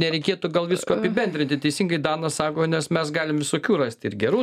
nereikėtų gal visko apibendrinti teisingai danas sako nes mes galim visokių rasti ir gerų